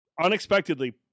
unexpectedly